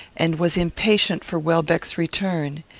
and was impatient for welbeck's return.